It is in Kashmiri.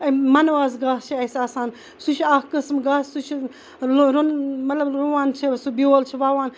امہِ مَناس گاسہٕ چھ اَسہِ آسان سُہ چھُ اکھ قسم گاسہٕ سُہ چھُ رُوان چھِ سُہ بیول چھ وَوان